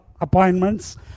appointments